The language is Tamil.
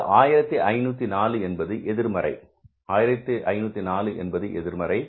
இந்த 1504 என்பது எதிர்மறை 1504 என்பது எதிர்மறை